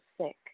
sick